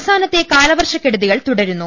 സംസ്ഥാനത്തെ കാലവർഷക്കെടുതികൾ തുടരുന്നു